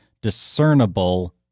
discernible